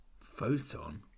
Photon